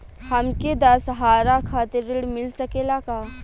हमके दशहारा खातिर ऋण मिल सकेला का?